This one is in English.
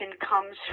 comes